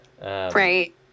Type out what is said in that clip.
right